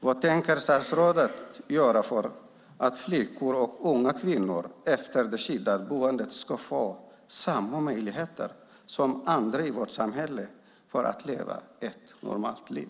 Vad tänker statsrådet göra för att flickor och unga kvinnor efter det skyddade boendet ska få samma möjligheter som andra i vårt samhälle att leva ett normalt liv?